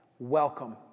Welcome